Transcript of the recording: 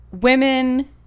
women